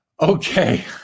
Okay